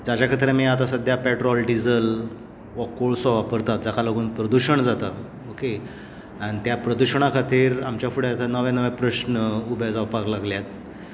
जाच्या खातीर आमी आतां सद्याक पेट्रोल डिजल वा कोळसो वापरतात जाका लागून प्रदुर्शन जाता ओके आनी त्या प्रदुर्शना खातीर आमच्या फुड्यांत एक नवे नवे प्रस्न उबे जावपाक लागल्यात